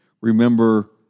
remember